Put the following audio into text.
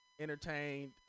entertained